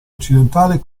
occidentale